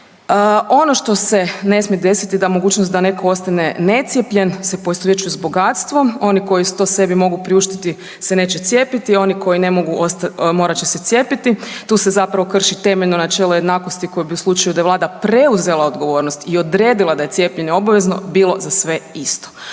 Ono što se ne smije desiti, da mogućnost da netko ostane necijepljen se poistovjećuje s bogatstvom, oni koji to sebi mogu priuštiti se neće cijepiti, oni koji ne mogu, morat će se cijepiti, tu se zapravo krši temeljeno načelo jednakosti koje bi u slučaju da je Vlada preuzela odgovornost i odredila da je cijepljenje obavezno, bilo za sve isto.